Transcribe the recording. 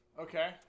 Okay